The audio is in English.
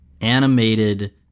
animated